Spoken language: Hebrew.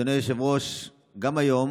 אדוני היושב-ראש, עוד היום